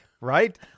right